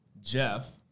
Jeff